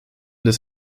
des